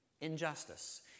injustice